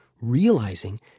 Realizing